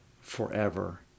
forever